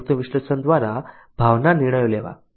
સંયુક્ત વિશ્લેષણ દ્વારા ભાવના નિર્ણયો લેવા